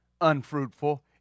unfruitful